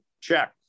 check